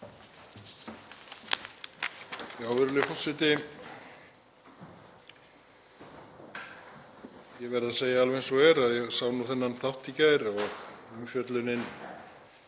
Virðulegur forseti. Ég verð að segja alveg eins og er að ég sá þennan þátt í gær og umfjöllunin